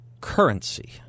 currency